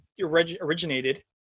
originated